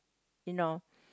you know